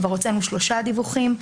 כבר הוצאנו שלושה דיווחים שהגשנו.